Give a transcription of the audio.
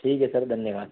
ٹھیک ہے سر دھنیہ واد